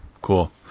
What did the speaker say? Cool